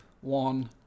one